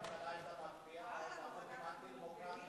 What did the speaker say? הלוואי שהממשלה היתה מקפיאה את החוקים האנטי-דמוקרטיים.